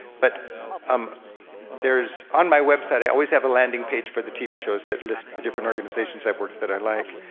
but um there's, on my website i always have a landing page for the tv shows that list the different organizations i've worked that i like.